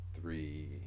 three